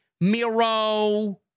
Miro